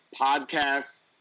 podcast